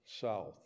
south